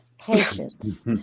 patience